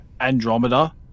Andromeda